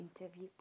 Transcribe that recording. interview